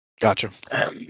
Gotcha